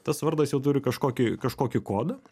tas vardas jau turi kažkokį kažkokį kodą